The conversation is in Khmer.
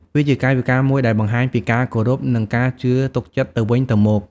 វាជាកាយវិការមួយដែលបង្ហាញពីការគោរព និងការជឿទុកចិត្តទៅវិញទៅមក។